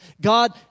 God